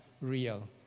real